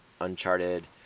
Uncharted